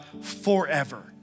forever